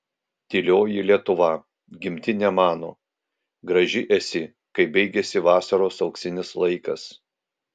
tylioji lietuva gimtine mano graži esi kai baigiasi vasaros auksinis laikas